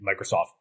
Microsoft